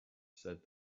said